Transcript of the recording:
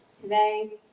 today